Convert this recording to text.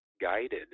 guided